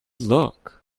look